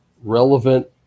relevant